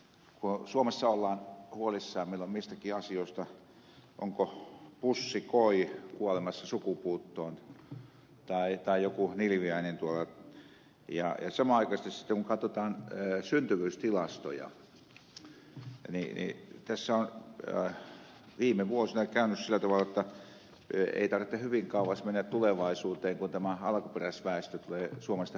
kun suomessa ollaan huolissaan milloin mistäkin asioista onko pussikoi kuolemassa sukupuuttoon tai joku nilviäinen tuolla ja samanaikaisesti sitten kun katsotaan syntyvyystilastoja tässä on viime vuosina käynyt sillä tavalla jotta ei tarvitse hyvin kauas mennä tulevaisuuteen kun tämä alkuperäisväestö tulee suomesta häviämään